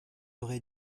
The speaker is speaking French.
vrai